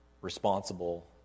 responsible